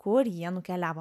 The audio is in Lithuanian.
kur jie nukeliavo